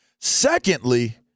Secondly